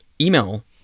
email